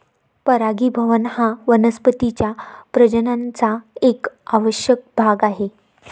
परागीभवन हा वनस्पतीं च्या प्रजननाचा एक आवश्यक भाग आहे